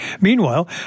Meanwhile